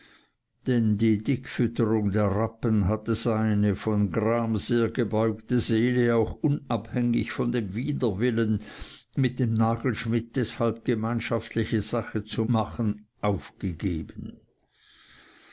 denn die dickfütterung der rappen hatte seine von gram sehr gebeugte seele auch unabhängig von dem widerwillen mit dem nagelschmidt deshalb gemeinschaftliche sache zu machen aufgegeben